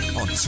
on